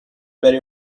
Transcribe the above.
بری